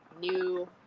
new